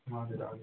हजुर हजुर